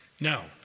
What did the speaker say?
Now